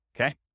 okay